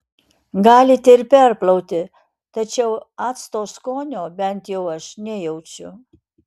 galite ir perplauti tačiau acto skonio bent jau aš nejaučiu